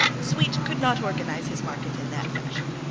sweet could not organize his market in that fashion.